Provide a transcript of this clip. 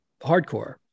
hardcore